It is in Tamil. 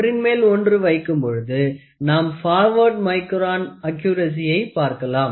ஒன்றின் மேல் ஒன்று வைக்கும் பொழுது நாம் பார்வெர்ட் மைக்ரான் அக்குரசியயை பார்க்கலாம்